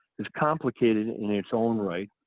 is complicated in its own right.